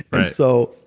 but so,